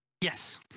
Yes